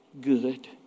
good